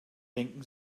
denken